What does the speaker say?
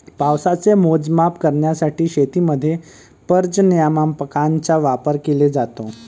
पावसाचे मोजमाप करण्यासाठी शेतीमध्ये पर्जन्यमापकांचा वापर केला जातो